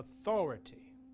authority